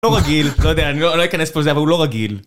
לא רגיל, לא יודע, אני לא אכנס פה לזה, אבל הוא לא רגיל.